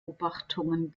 beobachtungen